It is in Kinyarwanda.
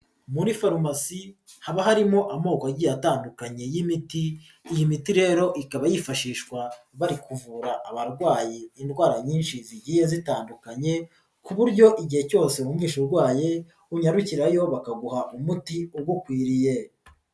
Muri farumasi haba harimo amoko agiye atandukanye y'imiti, iyi miti rero ikaba yifashishwa bari kuvura abarwayi indwara nyinshi zigiye zitandukanye, ku buryo igihe cyose wumvishe urwaye, unyarukirayo bakaguha umuti ugukwiriye.